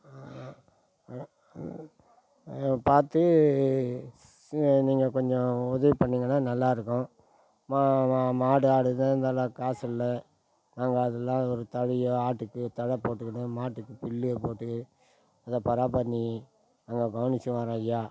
பார்த்து ஸ் நீங்கள் கொஞ்சம் உதவி பண்ணீங்கன்னால் நல்லாயிருக்கும் மா கா மாடு ஆடுகள் இதெல்லாம் காசு இல்லை நாங்கள் அதெலாம் ஒரு தழையோ ஆட்டுக்கு தழை போட்டுக்கின்னு மாட்டுக்கு புல்லுக போட்டு அதை பரா பண்ணி நாங்கள் கவனிச்சு வரோம் ஐயா